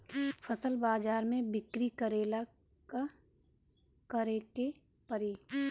फसल बाजार मे बिक्री करेला का करेके परी?